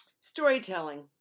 Storytelling